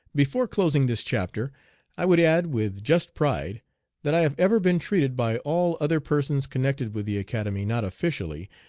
before closing this chapter i would add with just pride that i have ever been treated by all other persons connected with the academy not officially,